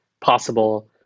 possible